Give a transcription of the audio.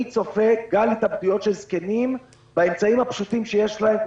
צופה גל התאבדויות של זקנים באמצעים הפשוטים שיש להם,